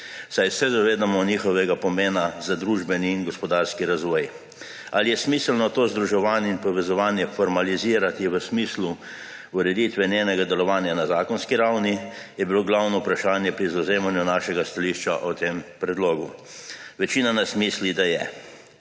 saj se zavedamo njihovega pomena za družbeni in gospodarski razvoj. Ali je smiselno to združevanje in povezovanje formalizirati v smislu ureditve njenega delovanja na zakonski ravni, je bilo glavno vprašanje pri zavzemanju našega stališča o tem predlogu. Večina nas mislim, da je.